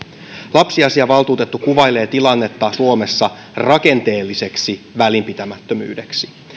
lapsiasiavaltuutettu kuvailee tilannetta suomessa rakenteelliseksi välinpitämättömyydeksi